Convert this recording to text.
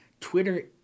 Twitter